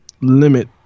limit